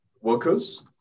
workers